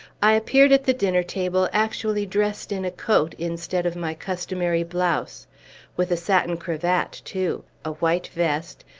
i appeared at the dinner-table actually dressed in a coat, instead of my customary blouse with a satin cravat, too, a white vest,